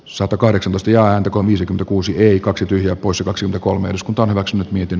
satakahdeksan kostiainen takon viisi kuusi kaksi tyhjää poissa kaksi ja kolme eduskunta hyväksynyt miten